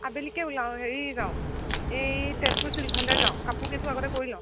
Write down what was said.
আবেলিকে ওলাও হেৰি যাওঁ এই তেজপুৰ চিল্ক ভাণ্ডাৰ যাওঁ কাপোৰ কেইযোৰ আগতে কৰি লওঁ